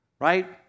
right